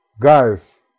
guys